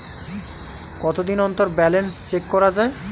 কতদিন অন্তর balance check করা য়ায়?